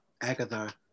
Agatha